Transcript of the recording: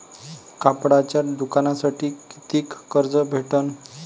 कापडाच्या दुकानासाठी कितीक कर्ज भेटन?